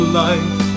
life